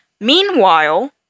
Meanwhile